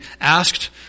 asked